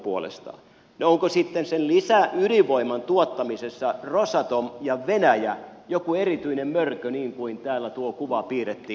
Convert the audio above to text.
no onko sitten sen lisäydinvoiman tuottamisessa rosatom ja venäjä joku erityinen mörkö niin kuin täällä tuo kuva piirrettiin